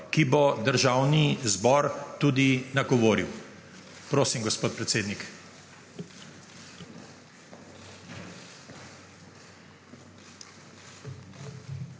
ki bo državni zbor tudi nagovoril. Prosim, gospod predsednik.